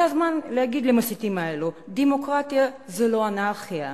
זה הזמן לומר למסיתים האלה: דמוקרטיה זה לא אנרכיה,